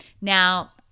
Now